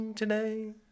today